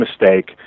mistake